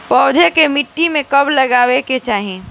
पौधा के मिट्टी में कब लगावे के चाहि?